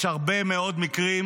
יש הרבה מאוד מקרים,